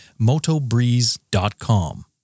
MotoBreeze.com